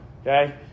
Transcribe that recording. Okay